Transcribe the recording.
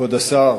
כבוד השר,